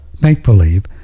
make-believe